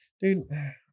Dude